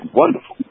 wonderful